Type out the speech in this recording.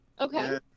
Okay